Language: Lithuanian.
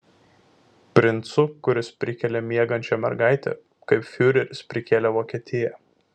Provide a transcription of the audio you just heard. princu kuris prikelia miegančią mergaitę kaip fiureris prikėlė vokietiją